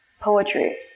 poetry